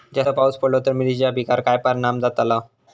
जास्त पाऊस पडलो तर मिरचीच्या पिकार काय परणाम जतालो?